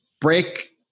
break